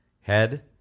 head